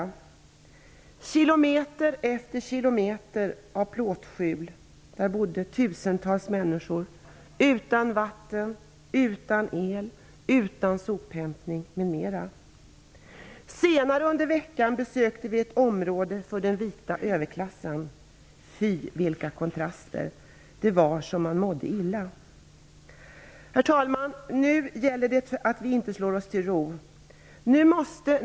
I kilometer efter kilometer av plåtskjul bodde tusentals människor, utan vatten, utan el, utan sophämtning, osv. Senare under veckan besökte vi ett område för den vita överklassen. Fy, vilka kontraster! Det var så att man mådde illa. Herr talman! Nu gäller det att vi inte slår oss till ro.